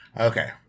Okay